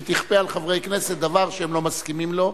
שתכפה על חברי כנסת דבר שהם לא מסכימים לו,